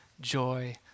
Joy